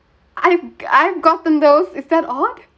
I've I've gotten those is that odd